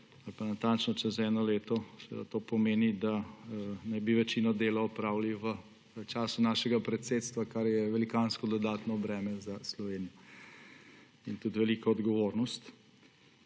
ali pa natančno čez eno leto. To pomeni, da naj bi večino dela opravili v času našega predsedstva, kar je velikansko dodatno breme za Slovenijo in tudi velika odgovornost.